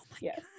Yes